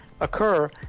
occur